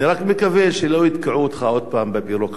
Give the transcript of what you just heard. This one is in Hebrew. אני רק מקווה שלא יתקעו אותך עוד פעם בביורוקרטיה